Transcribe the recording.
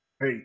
hey